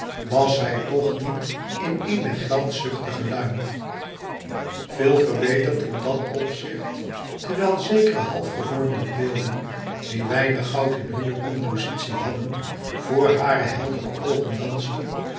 was zij toch niet in eene geldzuchtige luim veel verbeterd in dat opzicht terwijl zekere halfgevormde beelden die weinig goud in hunne compositie hadden voor hare heldere oogen dansten